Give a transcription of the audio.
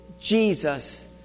Jesus